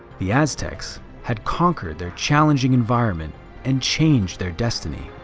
the aztecs had conquered their challenging environment and changed their destiny.